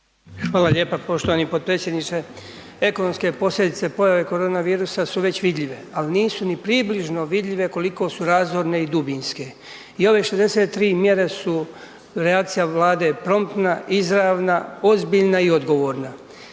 Hvala lijepo poštovani potpredsjedniče. Ekonomske posljedice pojave korona virusa su već vidljive, ali nisu ni približno vidljive koliko su razorne i dubinske i ove 63 mjere su reakcija Vlade je promptna, izravna, ozbiljna i odgovorna.